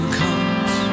comes